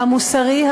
המוסרי,